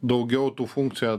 daugiau tų funkcijų